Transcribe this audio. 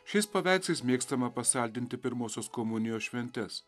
šiais paveikslais mėgstama pasaldinti pirmosios komunijos šventes